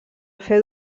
fer